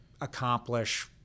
accomplish